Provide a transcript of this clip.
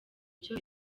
cyo